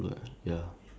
uh